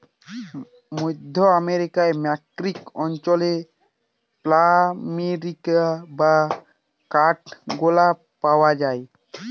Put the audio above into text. মধ্য আমরিকার মেক্সিক অঞ্চলে প্ল্যামেরিয়া বা কাঠগলাপ পাওয়া যায়